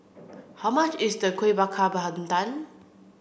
how much is the Kuih Bakar Pandan